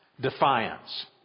Defiance